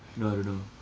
no I don't know